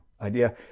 idea